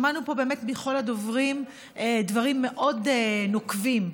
שמענו פה באמת מכל הדוברים דברים מאוד נוקבים,